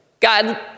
God